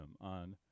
on